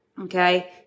Okay